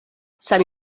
sant